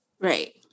right